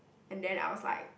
and then I was like